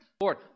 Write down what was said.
Lord